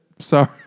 sorry